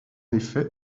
effet